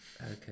Okay